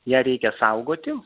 ją reikia saugoti